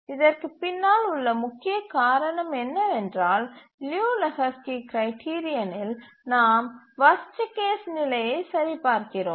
இதற்குப் பின்னால் உள்ள முக்கிய காரணம் என்னவென்றால் லியு லெஹோஸ்கி கிரைட்டீரியனில் நாம் வர்ஸ்ட் கேஸ் நிலையை சரிபார்க்கிறோம்